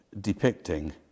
depicting